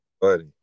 buddy